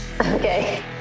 okay